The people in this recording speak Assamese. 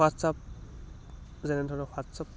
হোৱাটছআপ যেনে ধৰক হোৱাটছআপ